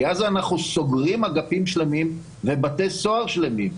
כי אז אנחנו סוגרים אגפים שלמים בבתי סוהר שלמים.